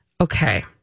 Okay